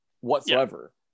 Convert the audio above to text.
whatsoever